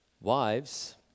Wives